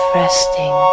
resting